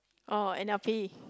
orh N_L_P